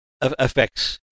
affects